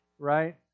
Right